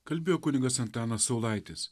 kalbėjo kunigas antanas saulaitis